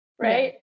Right